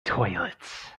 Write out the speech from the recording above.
toilets